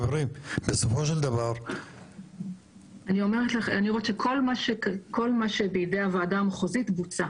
אני אומרת שכל מה שבידי הוועדה המחוזית, בוצע.